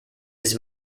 his